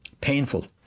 painful